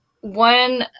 one